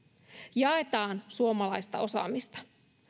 jaetaan suomalaista osaamista